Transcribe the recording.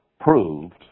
proved